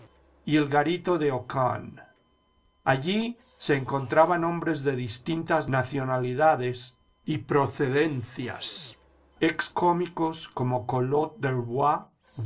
y el garito de aucane allí se encontraban hombres de distintas nacionalidades y procedencias ex cómicos como collot d'herbois